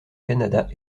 canada